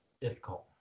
Difficult